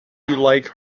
like